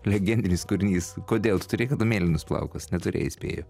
legendinis kūrinys kodėl tu turėjai kada mėlynus plaukus neturėjai įspėju